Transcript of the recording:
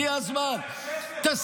הגיע הזמן --- נתת להם כסף?